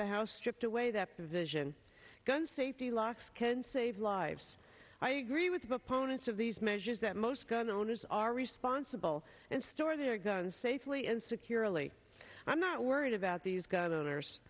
the house stripped away that provision gun safety locks can save lives i agree with both potence of these measures that most gun owners are responsible and store their guns safely and securely i'm not worried about these gun owners